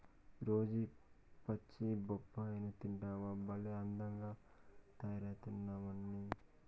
రోజూ పచ్చి బొప్పాయి తింటివా భలే అందంగా తయారైతమ్మన్నీ